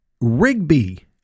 Rigby